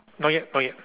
not yet not yet